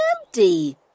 empty